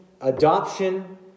adoption